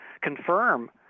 confirm